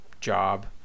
job